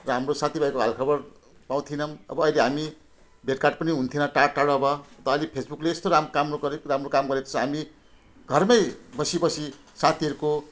र हाम्रो साथीभाइको हालखबर पाउने थिएनौँ अब अहिले हामी भेटघाट पनि हुने थिएन टाढा टाढा अब त अलिक फेसबुकले यस्तो राम्रो काम्रो गरे राम्रो काम गरेको छ हामी घरमै बसी बसी साथीहरूको